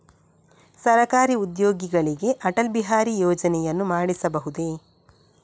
ಸರಕಾರಿ ಉದ್ಯೋಗಿಗಳಿಗೆ ಅಟಲ್ ಬಿಹಾರಿ ಯೋಜನೆಯನ್ನು ಮಾಡಿಸಬಹುದೇ?